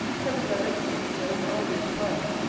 heaven direct you, in your own arduous trials,